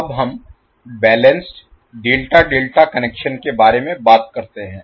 अब हम balanced ∆∆ connection के बारे में बात करते हैं